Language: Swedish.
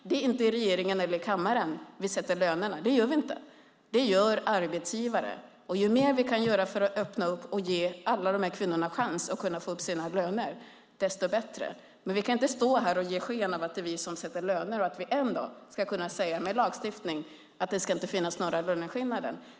Det är inte i regeringen eller i kammaren vi sätter lönerna; det gör arbetsgivarna. Ju mer vi kan göra för att ge alla dessa kvinnor en chans att få upp sina löner desto bättre. Vi kan inte ge sken av att det är vi som sätter lönerna och att vi genom lagstiftning kan göra så att det inte finns några löneskillnader.